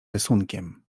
rysunkiem